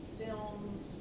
films